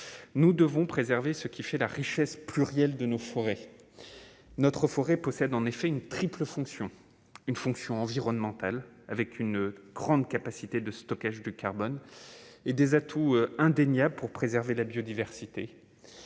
nous devons préserver ce qui fait la richesse plurielle de nos forêts, notre forêt possède en effet une triple fonction, une fonction environnementale avec une grande capacité de stockage de carbone et des atouts indéniables pour préserver la biodiversité